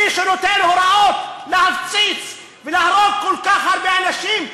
מי שנותן הוראות להפציץ ולהרוג כל כך הרבה אנשים,